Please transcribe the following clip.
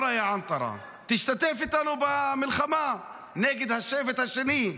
בערבית:) תשתתף איתנו במלחמה נגד השבט השני.